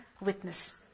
witness